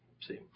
See